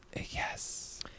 Yes